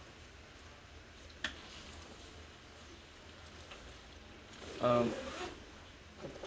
um